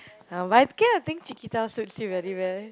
uh but I kind of think Cheeketah suits you very well